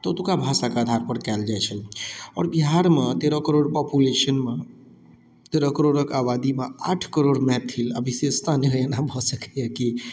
तऽ ओतुका भाषाके आधारपर कयल जाइ छलै आओर बिहारमे तेरह करोड़ पोपुलेशनमे तेरह करोड़क आबादीमे आठ करोड़ मैथिल आओर विशेषता नहि होइ एना भऽ सकैय की